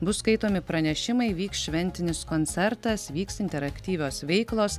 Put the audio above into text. bus skaitomi pranešimai vyks šventinis koncertas vyks interaktyvios veiklos